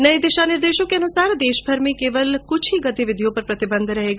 नये दिशा निर्देशों के अनुसार देशभर में केवल क्छ ही गतिविधियों पर प्रतिबंध रहेगा